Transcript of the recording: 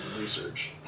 research